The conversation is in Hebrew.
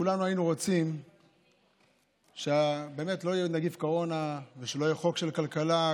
כולנו היינו רוצים שלא יהיה נגיף קורונה ושלא יהיה חוק של כלכלה,